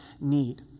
need